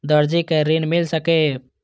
दर्जी कै ऋण मिल सके ये?